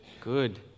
good